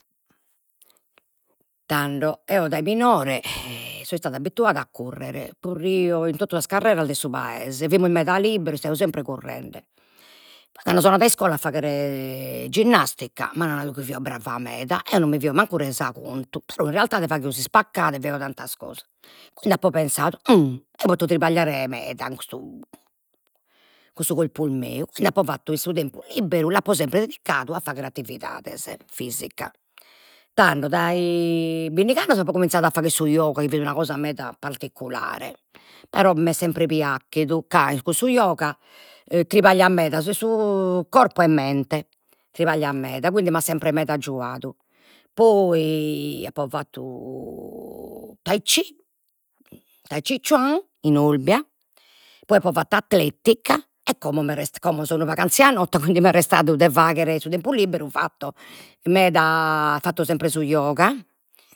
Tando eo dai minore so istada abituada a currere, currio in totu sas carreras de su paese, fimus meda liberos, istaio sempre currende, poi cando so andada a iscola a faghere ginnastica m'an nadu chi fio brava meda, eo non mi fio mancu resa contu, però in realtade faghio faghio s'ispaccada e tantas cosas, quindi apo pensadu eo poto tripagliare meda cun custu cun su corpus meu, quindi apo fattu in su tempus liberu, l'apo sempre dedicadu a faghere attividades fisicas, tando dai bindigh'annos apo cominzadu a fagher su yoga chi fit una cosa meda particulare però m'est sempre piachidu ca in cussu yoga tripagliat meda sia su corpo e mente, tripagliat meda, quindi m'at sempre meda aggiuadu, poi apo fattu Tai chi chuan in Olbia, poi apo fattu atletica e como m'est como so unu pagu anzianotta, quindi m'est restadu de faghere, su tempus liberu fatto meda fatto sempre su yoga